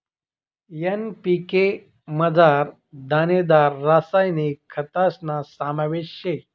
NPK मझार दानेदार रासायनिक खतस्ना समावेश शे